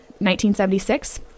1976